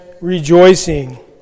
rejoicing